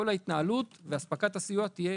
כל ההתנהלות ואספקת הסיוע תהיה